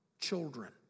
children